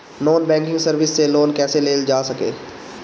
Non banking service से loan कैसे लेल जा ले?